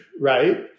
right